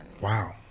Wow